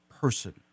person